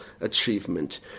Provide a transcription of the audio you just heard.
achievement